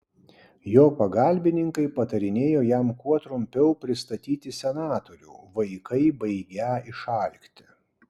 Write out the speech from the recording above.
jo pagalbininkai patarinėjo jam kuo trumpiau pristatyti senatorių vaikai baigią išalkti